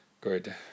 good